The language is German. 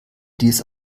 dies